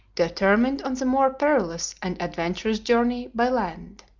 determined on the more perilous and adventurous journey by land.